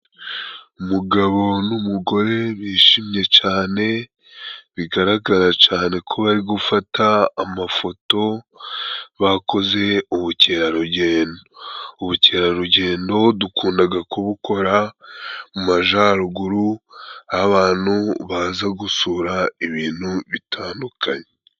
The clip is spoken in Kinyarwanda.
Umugabo n'umugore bishimye cane bigaragara cane ko bari gufata amafoto bakoze ubukerarugendo, ubukerarugendo dukundaga kubukora mu majaruguru aho abantu baza gusura ibintu bitandukanye.